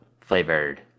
flavored